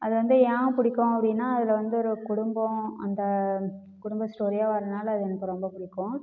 அது வந்து ஏன் பிடிக்கும் அப்படின்னா அதில் வந்து ஒரு குடும்பம் அந்த குடும்பம் ஸ்டோரீயாக வரதுனால அது எனக்கு ரொம்ப பிடிக்கும்